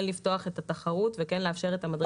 כן לפתוח את התחרות וכן לאפשר את המדרגה.